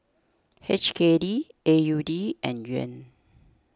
H K D A U D and Yuan